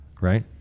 Right